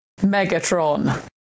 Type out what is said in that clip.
Megatron